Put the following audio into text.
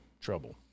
trouble